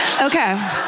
Okay